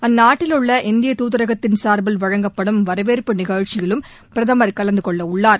அந்நாட்டில் உள்ள இந்திய தூதரகத்தின் சார்பில் வழங்கப்படும் வரவேற்பு நிகழ்ச்சியிலும் பிரதம் கலந்து கொள்ளவுள்ளார்